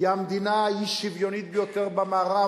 והיא המדינה האי-שוויונית ביותר במערב,